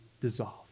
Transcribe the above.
dissolve